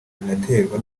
binaterwa